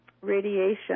radiation